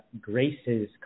Grace's